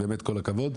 באמת כל הכבוד.